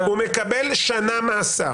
הוא מקבל שנה מאסר.